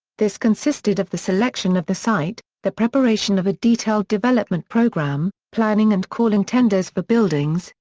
this consisted of the selection of the site, the preparation of a detailed development program, planning and calling tenders for buildings,